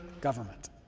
government